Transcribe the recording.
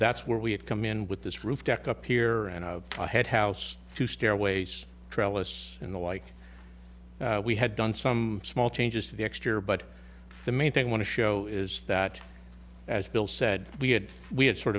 that's where we had come in with this roof deck up here and i had house two stairways trellis in the like we had done some small changes the next year but the main thing i want to show is that as bill said we had we had sort